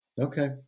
Okay